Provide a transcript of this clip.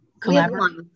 collaborate